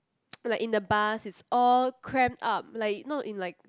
like in the bus it's all cramp up like not in like